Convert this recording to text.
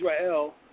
Israel